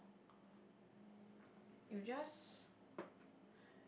you just